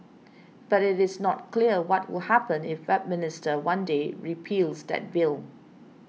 but it is not clear what will happen if Westminster one day repeals that bill